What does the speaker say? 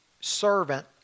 servant